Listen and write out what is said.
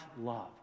love